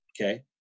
Okay